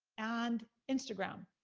and instagram.